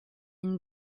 une